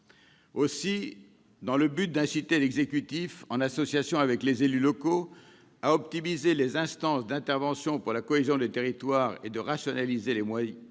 Aussi, dans le but d'inciter l'exécutif, en association avec les élus locaux, à optimiser les instances d'intervention pour la cohésion des territoires et de rationaliser les moyens,